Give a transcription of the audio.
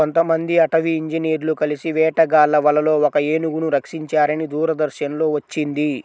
కొంతమంది అటవీ ఇంజినీర్లు కలిసి వేటగాళ్ళ వలలో ఒక ఏనుగును రక్షించారని దూరదర్శన్ లో వచ్చింది